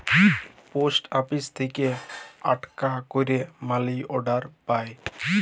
post office থেক্যে আকটা ক্যারে মালি অর্ডার পায়